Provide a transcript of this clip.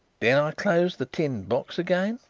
then i closed the tin box again,